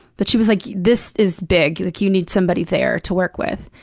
but she was like, this is big. like, you need somebody there to work with.